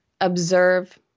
observe